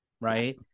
Right